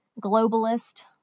globalist